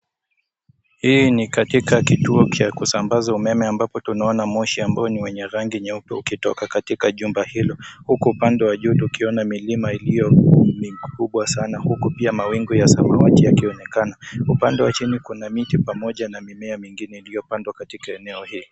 Hii ni katika kituo kia kusambaza umeme ambapo tunaona moshi ambao ni wenye rangi nyeupe ukitoka katika chumba hilo, Huku upande wa juu tukiona milima iliyo mikubwa sana huku pia mawingu ya samawati yakionekana. Upande wa chini kuna miti pamoja na mimea iliopandwa katika eneo hii.